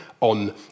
on